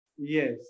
Yes